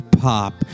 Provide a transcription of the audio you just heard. pop